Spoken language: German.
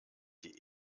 die